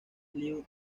lieu